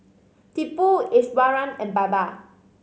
Tipu Iswaran and Baba